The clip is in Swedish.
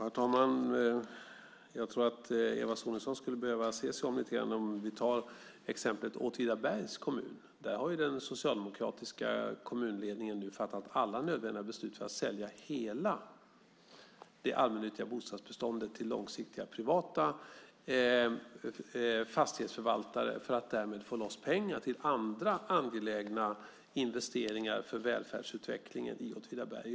Herr talman! Jag tror att Eva Sonidsson skulle behöva se sig om lite grann. Låt oss ta exemplet Åtvidabergs kommun. Där har den socialdemokratiska kommunledningen fattat alla nödvändiga beslut för att sälja hela det allmännyttiga bostadsbeståndet till långsiktiga privata fastighetsförvaltare för att därmed få loss pengar till andra angelägna investeringar för välfärdsutvecklingen i Åtvidaberg.